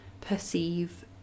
perceive